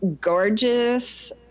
gorgeous